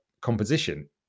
composition